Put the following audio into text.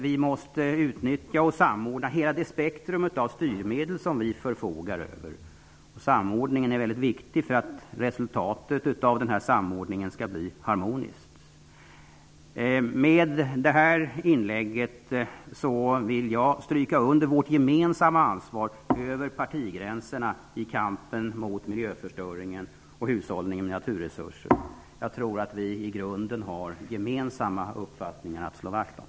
Vi måste utnyttja och samordna hela det spektrum av styrmedel som vi förfogar över. Samordningen är väldigt viktig för att resultatet skall bli harmoniskt. Med det här inlägget vill jag stryka under vårt gemensamma ansvar över partigränserna i kampen mot miljöförstöringen och för hushållningen med naturresurser. Jag tror att vi i grunden har gemensamma uppfattningar att slå vakt om.